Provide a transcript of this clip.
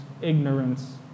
ignorance